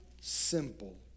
simple